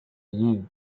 you